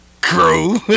crew